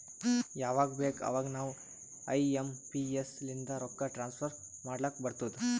ಯವಾಗ್ ಬೇಕ್ ಅವಾಗ ನಾವ್ ಐ ಎಂ ಪಿ ಎಸ್ ಲಿಂದ ರೊಕ್ಕಾ ಟ್ರಾನ್ಸಫರ್ ಮಾಡ್ಲಾಕ್ ಬರ್ತುದ್